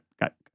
got